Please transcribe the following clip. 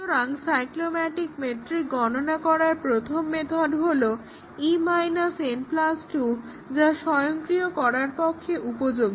সুতরাং cyclomatic metric গণনা করার প্রথম মেথড হলো e n 2 যা স্বয়ংক্রিয় করার পক্ষে উপযোগী